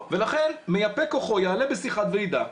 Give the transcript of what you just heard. מייפה כוחו יעלה בשיחת ועידה,